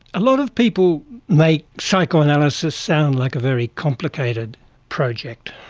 a lot of people make psychoanalysis sound like a very complicated project.